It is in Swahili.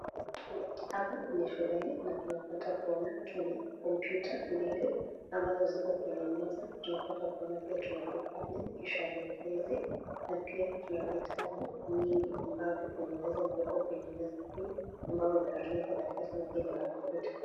hapa ni shuleni na tunapata kuona tuna kompyuta mbili ambazo ziko kwenye meza tunapata kuona pia kuna vitabu vingi ambazo zimepatwa kuwekwa kwenye meza pia